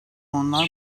onlar